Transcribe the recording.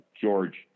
George